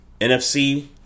NFC